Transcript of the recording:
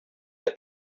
der